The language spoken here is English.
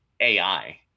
AI